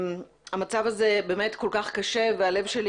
המצב הזה באמת כל כך קשה והלב שלי,